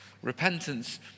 repentance